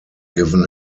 given